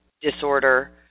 disorder